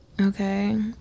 Okay